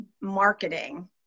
marketing